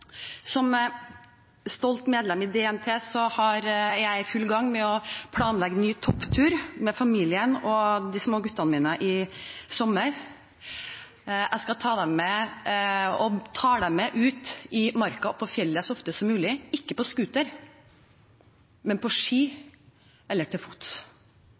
som stolt medlem i DNT er jeg i full gang med å planlegge ny topptur med familien og de små guttene mine i sommer. Jeg tar dem med ut i marka og på fjellet så ofte som mulig – ikke på scooter, men på ski eller til fots.